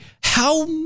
how-